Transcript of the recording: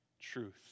truth